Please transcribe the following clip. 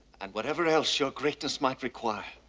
and whatever else your greatness might require.